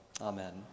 Amen